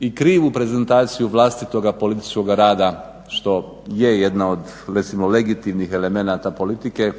i krivu prezentaciju vlastitoga političkoga rada što je jedna od legitimnih elemenata politike